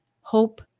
hope